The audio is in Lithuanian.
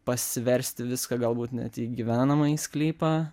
pasiversti viską galbūt net į gyvenamąjį sklypą